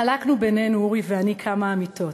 חלקנו, אורי ואני, כמה אמיתות.